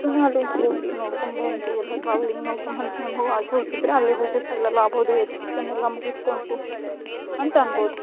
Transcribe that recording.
ಸುಮ್ಮನೆ ಅಲ್ಲಿಗೆ ಹೋಗಿ ನೋಡ್ಕೊಂಬಂದು ಎಲ್ಲ ಟ್ರಾವೆಲಿಂಗ್ ನೋಡ್ಕೋಬಂದರು ನಿಮಗೂ ಆಸೆ ಹುಟ್ಟಿದರೆ ಅಲ್ಲಿ ಹೋಗಿ ಸೆಟ್ಲೆಲ್ಲ ಆಬೋದು ಎಜುಕೇಶನ್ ಎಲ್ಲ ಮುಗಿಸಿಕೊಂಡು ಅಂತ ಅನ್ಬೋದು